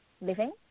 living